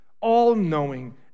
all-knowing